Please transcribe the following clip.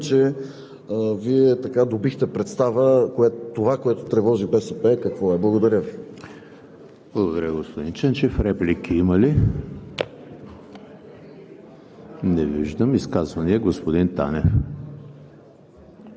нашата парламентарна група няма да подкрепи този доклад именно заради тези числа, които Ви изброих преди малко. Разбира се, има и още много други, но считам, че Вие добихте представа за това, което тревожи БСП. Благодаря Ви.